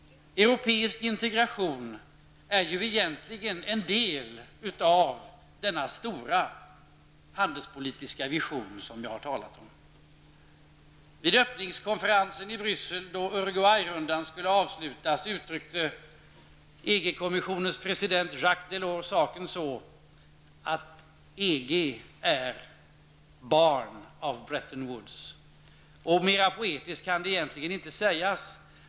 Europeisk integration är egentligen en del av denna stora handelspolitiska vision som jag har talat om. kommissionens president Jacques Delors saken så att EG är barn av Bretton Woods. Det kan egentligen inte sägas mer poetiskt.